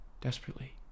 Desperately